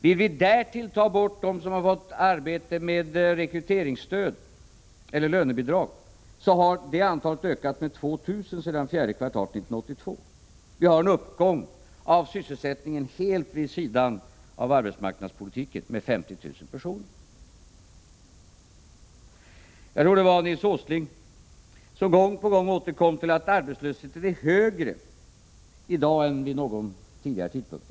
Vi vill därtill ta bort dem som har fått arbete med rekryteringsstöd eller lönebidrag och kan då konstatera att antalet ökat med 2 000 personer sedan fjärde kvartalet 1982. Vi har alltså en uppgång i sysselsättningen helt vid sidan av arbetsmarknadspolitiken med 50 000 personer. Jag tror att det var Nils Åsling som gång på gång återkom till detta att arbetslösheten är högre i dag än vid någon tidpunkt tidigare.